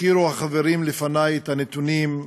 הזכירו החברים לפני את הנתונים,